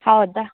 ಹೌದಾ